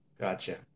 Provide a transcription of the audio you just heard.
Gotcha